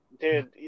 Dude